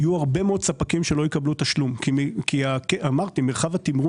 יהיו הרבה מאוד ספקים שלא יקבלו תשלום כי מרחב התמרון